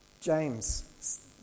James